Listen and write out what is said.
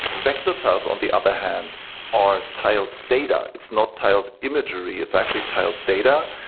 vector tiles on the other hand are tiled data. it's not tiled imagery. it's actually tiled data,